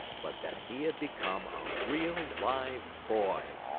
but that he had become a real live boy!